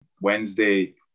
Wednesday